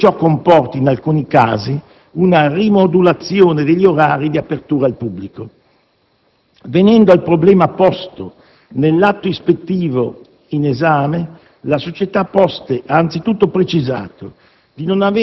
pure se ciò comporta, in alcuni casi, una rimodulazione degli orari di apertura al pubblico. Venendo al problema posto nell'atto ispettivo in esame, la società Poste ha anzitutto precisato